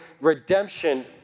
redemption